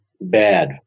bad